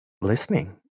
listening